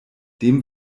dem